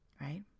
Right